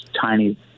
tiny